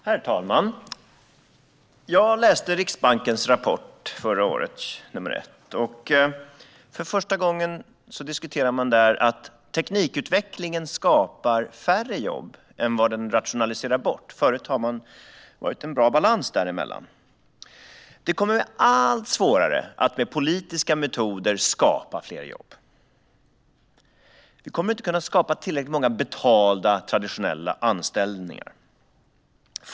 Herr talman! Jag läste Riksbankens rapport nr 1 från förra året. För första gången diskuterade man där att teknikutvecklingen skapar färre jobb än vad den rationaliserar bort. Tidigare har det varit en bra balans däremellan. Det kommer att bli allt svårare att med politiska metoder skapa fler jobb. Man kommer inte att kunna skapa tillräckligt många betalda traditionella anställningar.